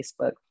facebook